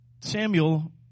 Samuel